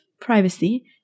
privacy